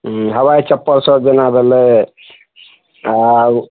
हूँ हवाइ चप्पल सब जेना भेलय आओर